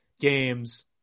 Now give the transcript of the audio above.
games